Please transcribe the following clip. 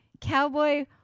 cowboy